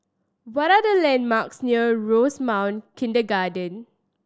what are the landmarks near Rosemount Kindergarten